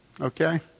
Okay